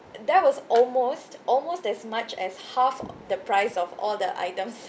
that was almost almost as much as half the price of all the items